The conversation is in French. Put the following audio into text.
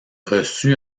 reçut